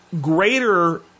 greater